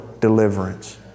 deliverance